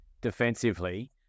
defensively